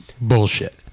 bullshit